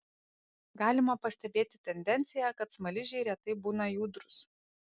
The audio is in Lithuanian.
galima pastebėti tendenciją kad smaližiai retai būna judrūs